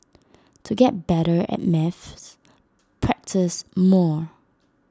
to get better at maths practise more